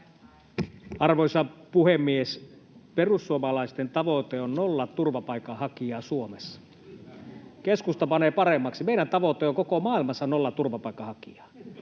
Arvoisa puhemies! Perussuomalaisten tavoite on nolla turvapaikanhakijaa Suomessa. Keskusta panee paremmaksi: meidän tavoitteemme on koko maailmassa nolla turvapaikanhakijaa,